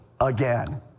again